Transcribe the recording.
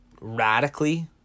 radically